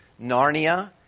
Narnia